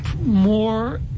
More